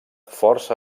força